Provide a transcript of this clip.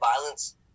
violence